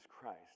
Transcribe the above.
Christ